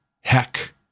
heck